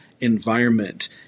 environment